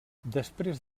després